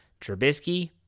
Trubisky